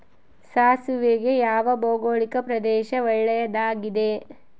ಸಾಸಿವೆಗೆ ಯಾವ ಭೌಗೋಳಿಕ ಪ್ರದೇಶ ಒಳ್ಳೆಯದಾಗಿದೆ?